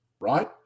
right